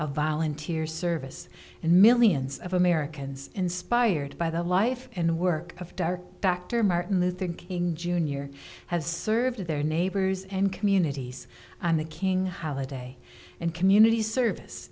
of volunteer service and millions of americans inspired by the life and work of our factor martin luther king jr has served their neighbors and communities on the king holiday and community service